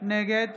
נגד